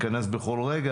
שיזם את הדיון בסוגיה,